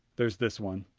there's this one,